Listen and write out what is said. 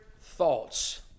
thoughts